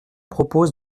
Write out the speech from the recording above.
propose